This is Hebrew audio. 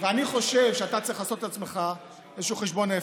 ואני חושב שאתה צריך לעשות עם עצמך איזשהו חשבון נפש,